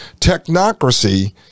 technocracy